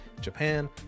Japan